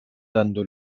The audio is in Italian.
dando